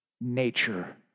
nature